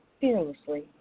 fearlessly